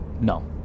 No